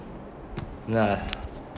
nah